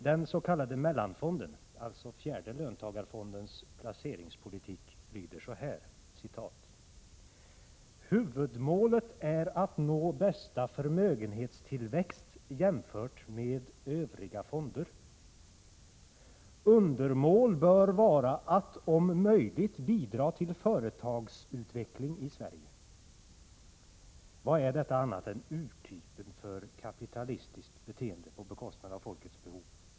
Den s.k. Mellanfondens, dvs. fjärde löntagarfondens, placeringspolitik formuleras så här: ”Huvudmålet är att nå bästa förmögenhetstillväxt jämfört med övriga fonder. Undermål bör vara att om möjligt bidra till företagsutveckling i Sverige.” Vad är detta annat än urtypen för kapitalistiskt beteende på bekostnad av folkets behov!